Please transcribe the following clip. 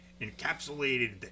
encapsulated